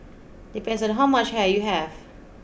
depends on how much hair you have